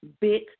big